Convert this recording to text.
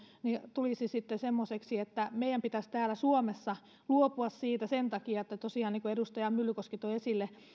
tulisi sitten semmoiseksi että meidän pitäisi täällä suomessa luopua siitä sen takia että tosiaan niin kuin edustaja myllykoski toi esille